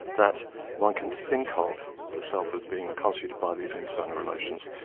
that one can think of the self as being constituted by these internal relations.